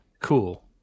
cool